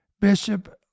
Bishop